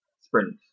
sprints